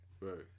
Right